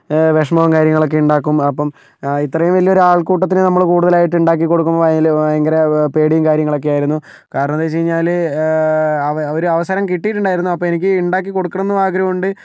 വിഷമവും കാര്യങ്ങളൊക്കെ ഉണ്ടാക്കും അപ്പം ഇത്രയും വലിയ ഒരു ആൾക്കൂട്ടത്തിന് നമ്മൾ കൂടുതലായിട്ട് ഉണ്ടാക്കിക്കൊടുക്കുമ്പോൾ അതിൽ ഭയങ്കര പേടിയും കാര്യങ്ങളൊക്കെയായിരുന്നു കാരണമെന്താ വെച്ച്കഴിഞ്ഞാൽ അവ അവർ ഒരു അവസരം കിട്ടിയിട്ടുണ്ടായിരുന്നു അപ്പോൾ എനിക്ക് ഉണ്ടാക്കി കൊടുക്കണെമെന്നും ആഗ്രഹം ഉണ്ട്